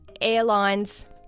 airlines